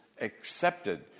accepted